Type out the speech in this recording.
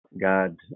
god